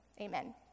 amen